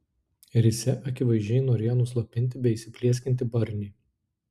risia akivaizdžiai norėjo nuslopinti beįsiplieskiantį barnį